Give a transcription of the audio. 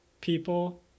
people